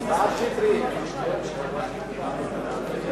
חוק חתימה אלקטרונית (תיקון מס'